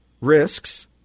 risks